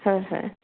হয় হয়